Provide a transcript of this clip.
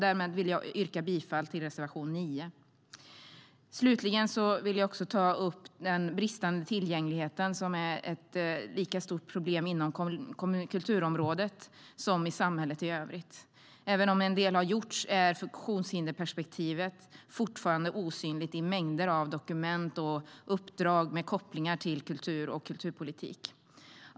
Därmed yrkar jag bifall till reservation 9. Slutligen vill jag ta upp den bristande tillgängligheten som är ett lika stort problem inom kulturområdet som i samhället i övrigt. Även om en del har gjorts är funktionshinderperspektivet fortfarande osynligt i mängder av dokument och uppdrag med kopplingar till kultur och kulturpolitik.